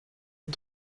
ein